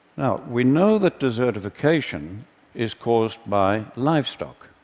now we know that desertification is caused by livestock,